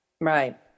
Right